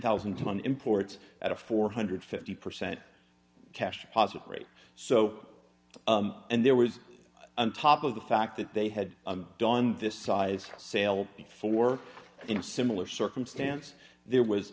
thousand tonne imports at a four hundred and fifty percent cash positive rate so and there was on top of the fact that they had gone this size sail before in similar circumstances there was